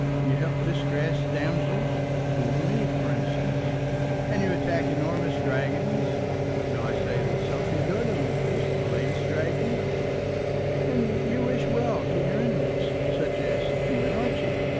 you help distressed damsels poor me, for instance and you attack enormous dragons shall i say that sophie gordeloup is the latest dragon and you wish well to your enemies, such as hugh and archie